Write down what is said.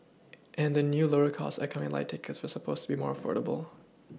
and the new lower cost economy Lite tickets were supposed to be more affordable